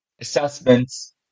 assessments